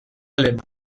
alemana